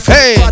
Hey